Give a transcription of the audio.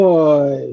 Boy